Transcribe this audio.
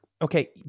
Okay